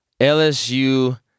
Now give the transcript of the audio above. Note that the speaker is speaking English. LSU